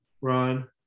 ron